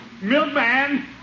Milkman